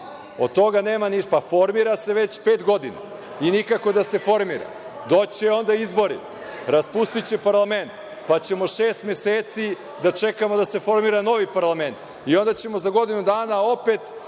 Formiran je.)Formira se već pet godina, i nikako da se formira. Doći će onda izbori, raspustiće parlament, pa ćemo šest meseci da čekamo da se formira novi parlament, i onda ćemo za godinu dana opet